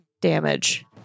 damage